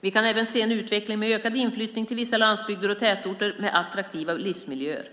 Vi kan även se en utveckling med ökad inflyttning till vissa landsbygder och tätorter med attraktiva livsmiljöer.